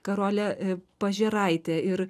karolė pažėraitė ir